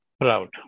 proud